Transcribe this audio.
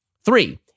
Three